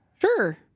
sure